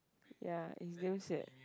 ya it's damn sad